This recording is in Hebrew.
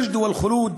(אומר בערבית: